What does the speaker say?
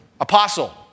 apostle